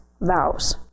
vows